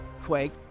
Quake